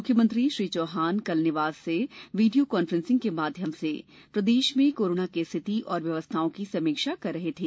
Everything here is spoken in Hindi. मुख्यमंत्री श्री चौहान कल निवास से वीडियो कॉन्फ्रेंसिंग के माध्यम से प्रदेश में कोरोना की स्थिति एवं व्यवस्थाओं की समीक्षा कर रहे थे